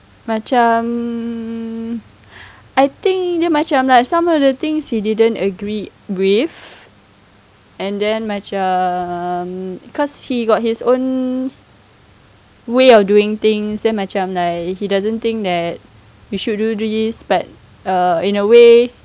macam I think dia macam like some of the things he didn't agreed with and then macam cause he got his own way of doing things then macam like he doesn't think that we should do this but err in a way